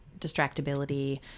distractibility